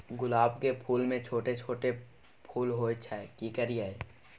गुलाब के फूल में छोट छोट फूल होय छै की करियै?